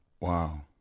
Wow